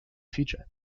future